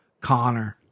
Connor